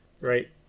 right